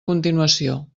continuació